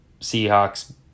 Seahawks